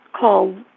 call